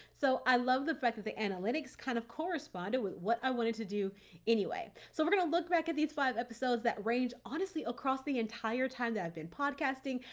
so i love the fact that the analytics kind of corresponded with what i wanted to do anyway. so we're going to look back at these five episodes that range, honestly, across the entire time that i've been podcasting.